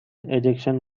ejection